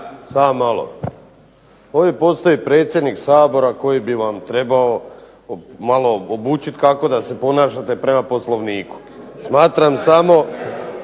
Samo malo. Ovdje postoji predsjednik Sabora koji bi vam trebao malo obučit kako da se ponašate prema Poslovniku. …